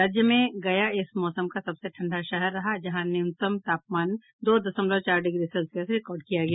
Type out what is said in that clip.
राज्य में गया इस मौसम का सबसे ठंडा शहर रहा जहां का न्यूनतम तापमान दो दशमलव चार डिग्री सेल्सियस रिकॉर्ड किया गया